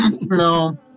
No